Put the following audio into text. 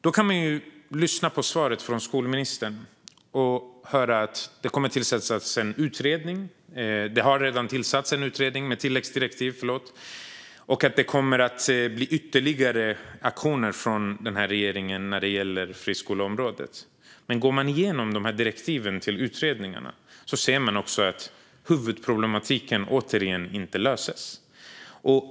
Man kan lyssna på svaret från skolministern och höra att det har tillsatts en utredning med tilläggsdirektiv och att det kommer att bli ytterligare aktioner från regeringen på friskoleområdet. Men går man igenom direktiven till utredningarna ser man att huvudproblematiken återigen inte löses.